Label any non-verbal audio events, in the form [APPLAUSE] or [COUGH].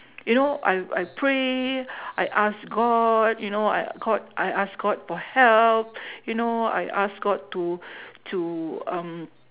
you know I I pray [BREATH] I ask god you know I called I ask god for help [BREATH] you know I ask god to [BREATH] to um